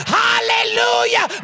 hallelujah